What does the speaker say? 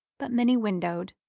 but many-windowed,